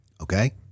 okay